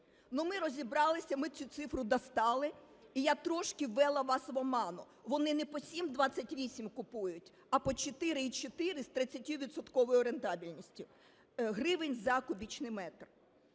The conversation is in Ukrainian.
ми розібралися, ми цю цифру дістали і я трошки ввела вас в оману, вони не по 7,28 купують, а по 4,4 з 30-відсотковою рентабельністю гривень за кубічний метр.